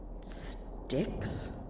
Sticks